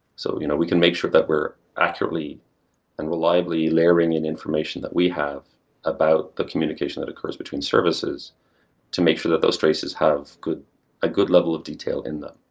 so you know we can make sure that we're accurately and reliably layering in information that we have about the communication that occurs between services to make sure that those traces have a ah good level of detail in them.